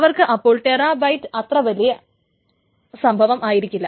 അവർക്ക് അപ്പോൾ terabyte data അത്ര വലുത് ആയിരിക്കില്ല